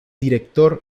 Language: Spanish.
director